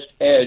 edge